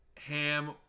ham